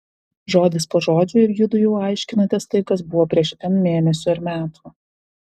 žodis po žodžio ir judu jau aiškinatės tai kas buvo prieš n mėnesių ar metų